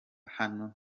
hano